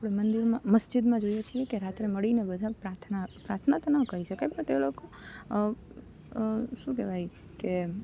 આપણે મંદિરમાં મસ્જિદમાં જોઈએ છે કે રાત્રે મળીને બધા પ્રાર્થના પ્રાર્થના તો ન કહી શકાય પણ તે લોકો શું કહેવાય કે